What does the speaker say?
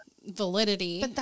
validity